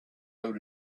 out